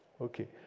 Okay